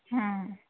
ᱦᱮᱸ